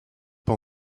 pas